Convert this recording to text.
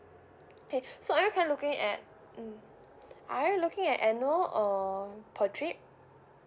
okay so are you currently looking at mm are you looking at annual or per trip